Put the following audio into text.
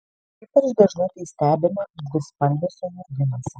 ypač dažnai tai stebima dvispalviuose jurginuose